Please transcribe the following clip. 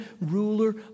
ruler